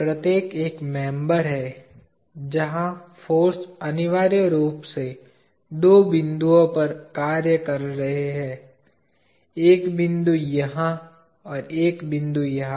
प्रत्येक एक मेंबर है जहां फाॅर्स अनिवार्य रूप से दो बिंदुओं पर कार्य कर रहे हैं एक बिंदु यहाँ और एक बिंदु यहाँ